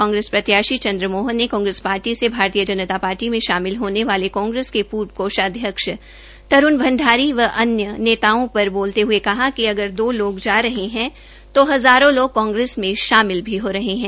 कांग्रेस पत्याशी च्रद्रमोहन ने कांग्रेस पार्टी से भारतीय जनता पार्टी से भारतीय जनता पार्टी में शामिल होने वाले कांग्रेस के पूर्व कोषाध्यक्ष तरूण भंडारी व अन्य नेताओं पर बोलते ्हए कहा कि अगर दो लोग जा रहे हैं तो हजारों लोग कांग्रेस में शामिल भी हो रहे हैं